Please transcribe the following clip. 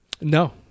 No